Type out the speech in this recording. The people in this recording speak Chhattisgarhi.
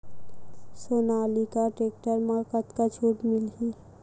सोनालिका टेक्टर म कतका छूट मिलही?